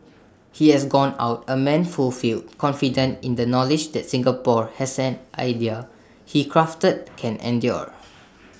he has gone out A man fulfilled confident in the knowledge that Singapore as an idea he crafted can endure